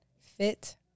fit